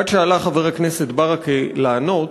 עד שעלה חבר הכנסת ברכה לענות,